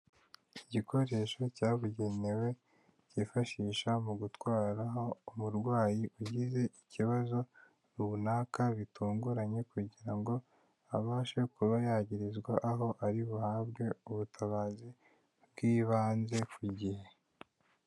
Igikoresho cyabugenewe cyifashisha mu gutwaraho umurwayi ugize ikibazo runaka bitunguranye kugira ngo abashe kuba yagerezwa aho ari buhabwe ubutabazi bw'ibanze ku gihe.